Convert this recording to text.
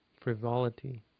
frivolity